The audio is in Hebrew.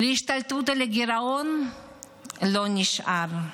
להשתלטות על הגירעון לא נשאר.